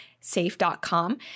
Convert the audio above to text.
safe.com